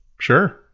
Sure